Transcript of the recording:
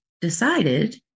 decided